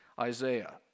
Isaiah